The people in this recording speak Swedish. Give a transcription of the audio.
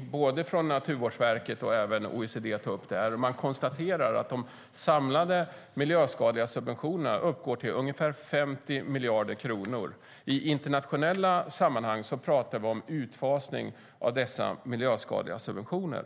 Både Naturvårdsverket och OECD tar upp det här. Man konstaterar att de samlade miljöskadliga subventionerna uppgår till ungefär 50 miljarder kronor. I internationella sammanhang pratar vi om utfasning av dessa miljöskadliga subventioner.